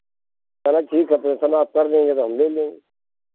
चलो ठीक है तो इतना आप कर रही हैं तो हम ले लेंगे